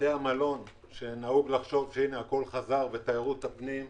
בתי המלון, שחושבים שהכול חזר ותיירות הפנים חזרה,